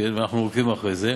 ואנחנו עוקבים אחרי זה.